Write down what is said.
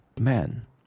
Man